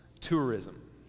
tourism